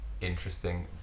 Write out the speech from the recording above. interesting